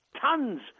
tons